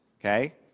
okay